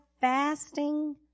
fasting